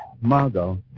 Margot